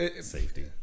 safety